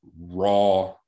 raw